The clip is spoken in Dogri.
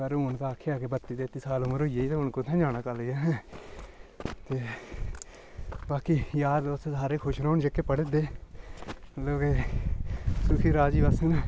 पर हून ते आखेआ कि बत्ती तेती साल उम्र होई गेई हून कुत्थैं जाना कालेज अहें ते बाकी यार दोस्त सारे खुश रौह्न जेह्के पढ़े दे मतलब के सुखी राजी बस्सन